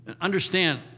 Understand